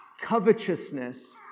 Covetousness